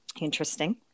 Interesting